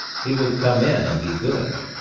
he would come in and be good.